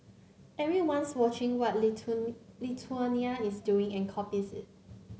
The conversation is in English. everyone's watching what Lithuania is doing and copies it